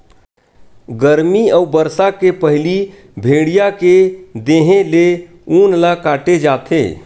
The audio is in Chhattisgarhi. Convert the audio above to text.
गरमी अउ बरसा के पहिली भेड़िया के देहे ले ऊन ल काटे जाथे